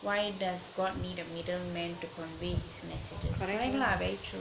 why does god need a middle man to convey his messages correct lah very true